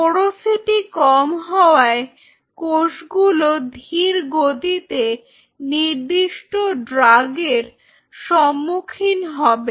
porosity কম হওয়ায় কোষগুলো ধীর গতিতে নির্দিষ্ট ড্রাগের সম্মুখীন হবে